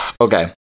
okay